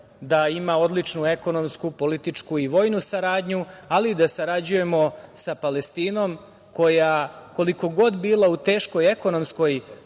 da ima odličnu ekonomsku, političku i vojnu saradnju, ali i da sarađujemo sa Palestinom koja, koliko god bila u teškoj ekonomskoj